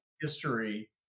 history